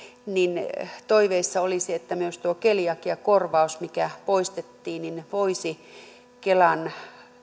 niin toiveissa olisi että myös tuo keliakiakorvaus mikä poistettiin voisi kelan